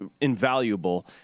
invaluable